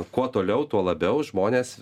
kuo toliau tuo labiau žmonės